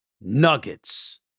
Nuggets